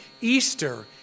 Easter